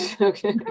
Okay